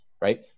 right